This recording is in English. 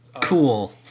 Cool